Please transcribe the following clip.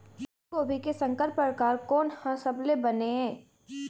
फूलगोभी के संकर परकार कोन हर सबले बने ये?